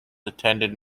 attended